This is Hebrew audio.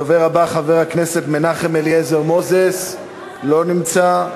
הדובר הבא, חבר הכנסת מנחם אליעזר מוזס, לא נמצא.